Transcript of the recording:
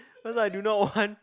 cause I do not want